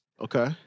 Okay